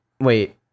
wait